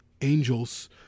angels